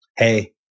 Hey